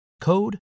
code